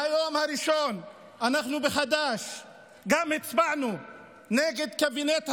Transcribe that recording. מהיום הראשון אנחנו בחד"ש גם הצבענו נגד קבינט המלחמה.